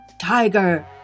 tiger